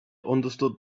understood